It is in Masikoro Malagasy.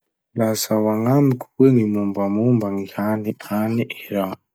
Lazao agnamiko hoe gny mombamomba gny hany agny Iran?